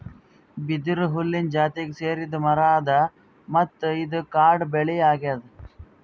ಬಿದಿರು ಹುಲ್ಲಿನ್ ಜಾತಿಗ್ ಸೇರಿದ್ ಮರಾ ಅದಾ ಮತ್ತ್ ಇದು ಕಾಡ್ ಬೆಳಿ ಅಗ್ಯಾದ್